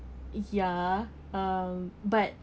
ya um but